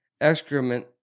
excrement